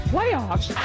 Playoffs